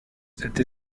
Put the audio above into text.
cette